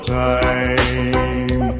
time